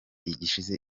gishize